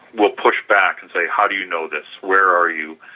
we'll push back and say, how do you know this, where are you,